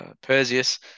Perseus